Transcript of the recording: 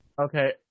Okay